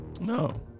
No